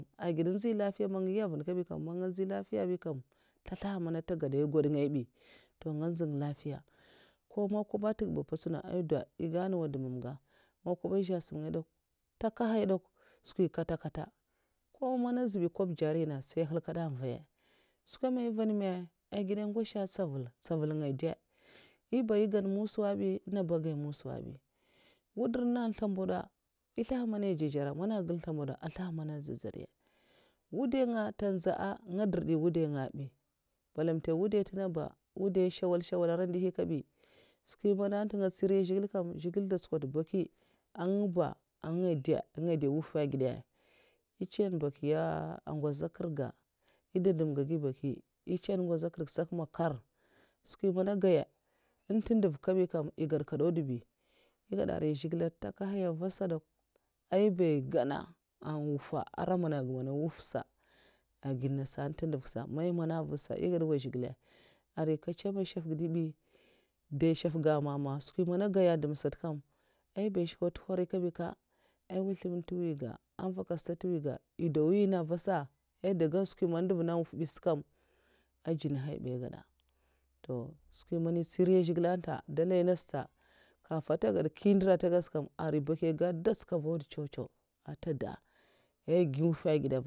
Agid nzyi lafiya man giya van kabi kam, man nga nzyi lafiya bi kam, nta slaha mana nta ged gwodngai bi to nga nzan lafiya. koma kwoba'n ntev'gabi a mpotsina ai dow ei gana mwa dumamga ma kwoba zhe sam ngaya de kwa ntakahayan de kwa, skwi kata'kata ko mana azbay kwob djari nenga sai'n a nhelkada avaya skweme ai van me? A gide ngwasha an ntsaval, ntsaval nga n'deu nyiba ai gan musuwa bi nenga ba agai musuwa bi wudurh nengan' nslombwoda eh slaha mana'ai dzudzora, mana gagn nslowbwoda a slaha mana an dzudzorya wudainga nte nza nga dirdyi wudainga bi, balnta wudai'ntenga ba wudai ehn nshwal'nshawal ara ndihi kabi skwi man è ntè nga tsirin ya zhigilè kam zhigilè da ntskwoda baki en nguba an nga deu anga duo nwufè agide'a, chwan bakiya ngwoza an kre ga, eh da dumga agi baki, eh chan ngwaza krga sak makar'skwi mana ahgaya un ntu ndev ga kabi kam eh gad'kadau dubi'eh gada arai zhigile an ntakahaya avasa kabi kam ai nyeba ai gana an nwuffe aran mana aga manai eh nwuffsa'agid nasa ehn ntu ndev gasa mai mana eh vadh'sa eh gad nwa zhigile arai nka nchamai nshaffga dibi dai nshaff ga amama. skwimana ah gaya dhumsata kam ai nyiba nshka ntu nhwari kabi kam, ah ngwozlem n'twiga ava stad n ntwi ga eh dow nwin nenga avasa ai ndwo gan skwi man n'ndev nenga n nwuffa bis kam ah dzunhaii bay eh gada to skwi man èh tsiri ya zhigil en'nta, dalai nasa kafi nta gad nkyi ndura tagadsa kam arai bakiya ga datskav'auda nchew nchew ah tada ai giu mwuffa agide.